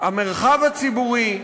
המרחב הציבורי,